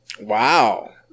Wow